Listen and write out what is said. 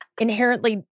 inherently